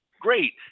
great